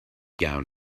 gown